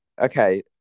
okay